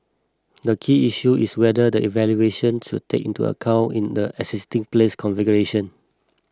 the key issue is whether the valuation should take into account in the existing place configuration